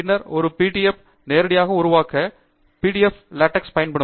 பின்னர் ஒரு பிடிஎப் ஐ நேரடியாக உருவாக்க பிடிஎப் லாடெக்ஸ் ஐ இயக்கும்